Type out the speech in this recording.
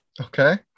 Okay